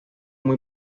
muy